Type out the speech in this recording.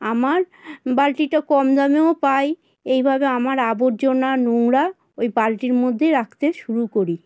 আমার বালতিটা কম দামেও পাই এইভাবে আমার আবর্জনা নোংরা ওই বালতির মধ্যেই রাখতে শুরু করি